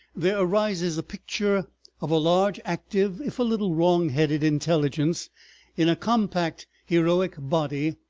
there arises a picture of a large, active, if a little wrong-headed, intelligence in a compact heroic body,